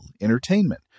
entertainment